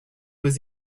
was